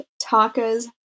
Taka's